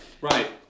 Right